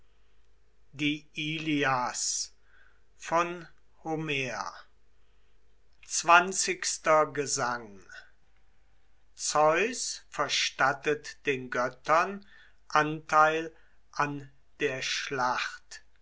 zwanzigster gesang zeus verstattet den göttern anteil an der schlacht